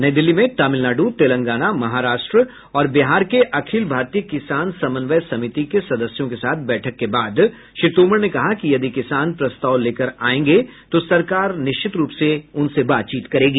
नई दिल्ली में तमिलनाडु तेलंगाना महाराष्ट्र और बिहार के अखिल भारतीय किसान समन्वय समिति के सदस्यों के साथ बैठक के बाद श्री तोमर ने कहा कि यदि किसान प्रस्ताव लेकर आएंगे तो सरकार निश्चित रूप से उनसे बातचीत करेगी